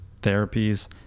therapies